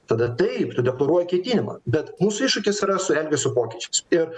tada taip tu deklaruoji ketinimą bet mūsų iššūkis yra su elgesio pokyčiais ir